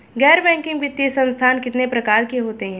गैर बैंकिंग वित्तीय संस्थान कितने प्रकार के होते हैं?